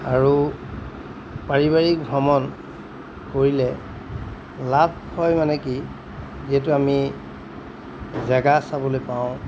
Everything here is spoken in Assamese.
আৰু পাৰিবাৰিক ভ্ৰমণ কৰিলে লাভ হয় মানে কি যিহেতু আমি জেগা চাবলৈ পাওঁ